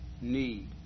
need